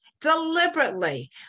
deliberately